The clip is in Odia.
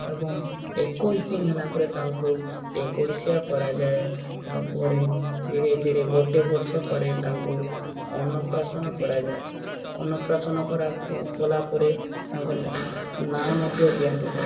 ଏବଂ ଏକୋଇଶି ଦିନ ହେଲା ପରେ ତାଙ୍କୁ ଏକୋଇଶିଆ କରାଯାଏ ତା'ପରେ ଧୀରେ ଧୀରେ ଗୋଟେ ବର୍ଷ ପରେ ତାଙ୍କୁ ଅନ୍ନପ୍ରସନ୍ନ କରାଯାଏ ଅନ୍ନପ୍ରସନ୍ନ କଲା ପରେ ତାଙ୍କ ନାଁ ଦିଆ